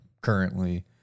currently